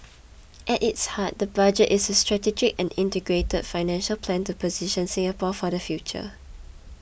at its heart the budget is a strategic and integrated financial plan to position Singapore for the future